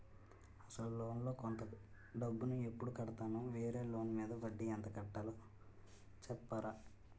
అసలు లోన్ లో కొంత డబ్బు ను ఎప్పుడు కడతాను? వేరే లోన్ మీద వడ్డీ ఎంత కట్తలో చెప్తారా?